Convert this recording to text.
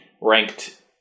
ranked